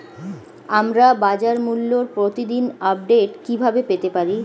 আমরা বাজারমূল্যের প্রতিদিন আপডেট কিভাবে পেতে পারি?